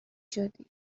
شدی